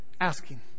Asking